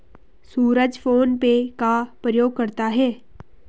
सूरज PhonePe का प्रयोग करता है